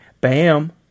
Bam